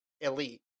elite